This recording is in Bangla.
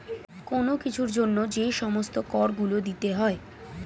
কোন কিছুর জন্য যে সমস্ত কর গুলো দিতে হয়